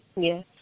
Yes